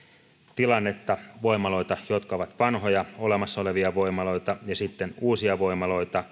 tilannetta voimaloita jotka ovat vanhoja olemassa olevia voimaloita ja sitten uusia voimaloita